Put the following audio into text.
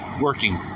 working